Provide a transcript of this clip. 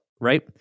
right